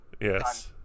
Yes